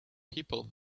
people